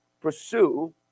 pursue